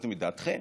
יצאתם מדעתכם?